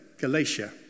Galatia